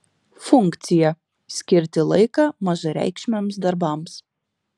funkcija skirti laiką mažareikšmiams darbams